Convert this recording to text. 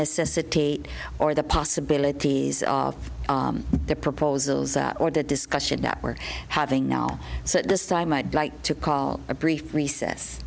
necessitate or the possibilities of the proposals or the discussion that we're having now so at this time i'd like to call a brief